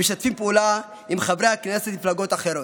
משתפים פעולה עם חברי הכנסת ממפלגות אחרות.